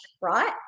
right